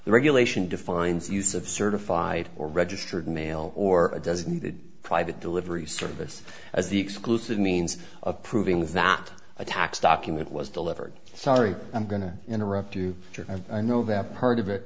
the regulation defines the use of certified or registered mail or a designated private delivery service as the exclusive means of proving that a tax document was delivered sorry i'm going to interrupt you i know that part of it